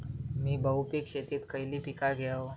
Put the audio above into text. मी बहुपिक शेतीत खयली पीका घेव?